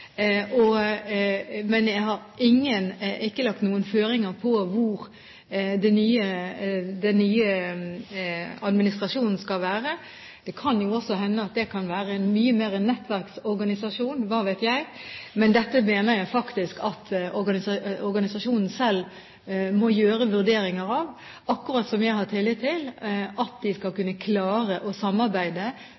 Men jeg har ikke lagt noen føringer på hvor den nye administrasjonen skal være. Det kan jo også hende at det mye mer kan være en nettverksorganisasjon, hva vet jeg. Men dette mener jeg faktisk at organisasjonen selv må gjøre vurderinger av, akkurat som jeg har tillit til at de skal